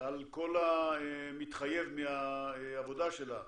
על כל המתחייב מהעבודה שלה,